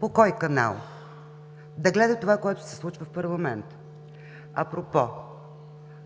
по кой канал да гледа това, което се случва в парламента. Апропо,